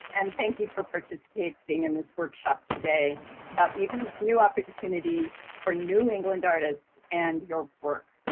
and thank you for participating in this workshop today about nefa's new opportunity or new england artists and your work.